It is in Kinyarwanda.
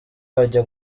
ajya